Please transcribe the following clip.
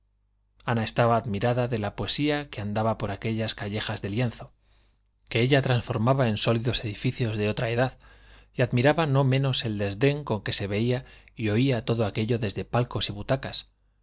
ana estaba admirada de la poesía que andaba por aquellas callejas de lienzo que ella transformaba en sólidos edificios de otra edad y admiraba no menos el desdén con que se veía y oía todo aquello desde palcos y butacas